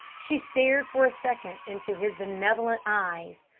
she stared for a second into his benevolent eyes,